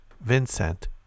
Vincent